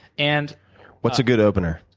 and what's a good opener,